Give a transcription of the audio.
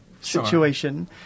situation